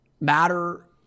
matter